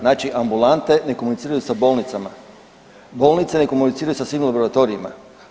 Znači ambulante ne komuniciraju sa bolnicama, bolnice ne komuniciraju sa svim laboratorijima.